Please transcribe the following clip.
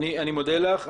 אני מודה לך.